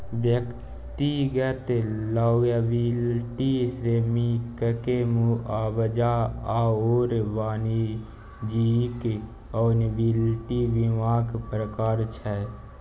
व्यक्तिगत लॉयबिलटी श्रमिककेँ मुआवजा आओर वाणिज्यिक लॉयबिलटी बीमाक प्रकार छै